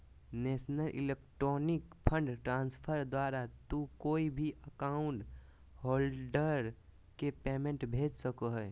national electronic fund transfer द्वारा तू कोय भी अकाउंट होल्डर के पेमेंट भेज सको हो